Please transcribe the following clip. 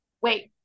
wait